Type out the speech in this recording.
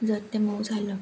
जर ते मऊ झालं